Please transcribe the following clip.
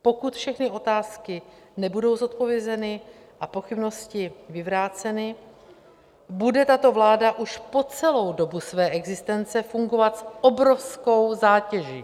Pokud všechny otázky nebudou zodpovězeny a pochybnosti vyvráceny, bude tato vláda už po celou dobu své existence fungovat s obrovskou zátěží.